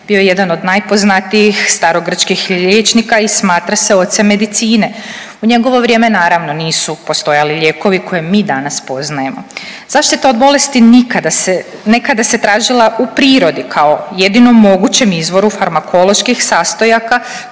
Bio je jedan od najpoznatijih starogrčkih liječnika i smatra se ocem medicine. U njegovo vrijeme, naravno, nisu postojali lijekovi koje mi danas poznajemo. Zaštita od bolesti nekada se tražila u prirodi kao jedino mogućem izvoru farmakoloških sastojaka